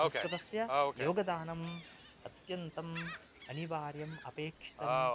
संस्कृतस्य योगदानम् अत्यन्तम् अनिवार्यम् अपेक्षितम्